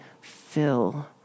fill